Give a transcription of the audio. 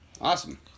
Awesome